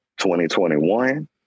2021